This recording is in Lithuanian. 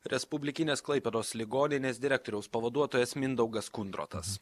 respublikinės klaipėdos ligoninės direktoriaus pavaduotojas mindaugas kundrotas